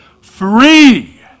free